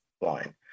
line